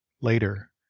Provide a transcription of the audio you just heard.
Later